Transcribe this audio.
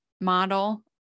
model